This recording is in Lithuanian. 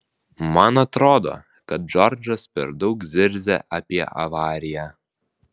man atrodo kad džordžas per daug zirzia apie avariją